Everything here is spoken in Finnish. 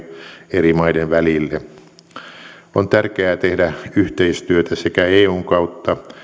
eri maiden välille on tärkeää tehdä yhteistyötä sekä eun kautta